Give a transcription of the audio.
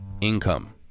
income